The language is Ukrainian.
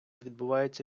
відбувається